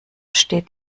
steht